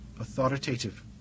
authoritative